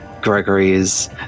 Gregory's